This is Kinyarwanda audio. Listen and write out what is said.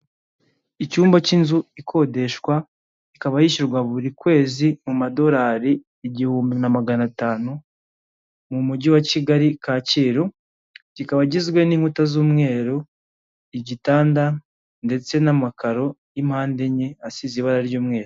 Icyumba cy'inzu ikodeshwa ikaba yishyurwa buri kwezi, mu madorari igihumbi na magana atanu, mu mujyi wa Kigali Kacyiru kikaba kigizwe n'inkuta z'umweru, igitanda ndetse n'amakaro y'impande enye asize ibara ry'umweru.